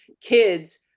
kids